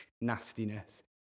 nastiness